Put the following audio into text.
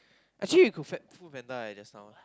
actually we could at FoodPanda eh just now